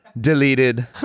Deleted